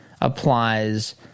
applies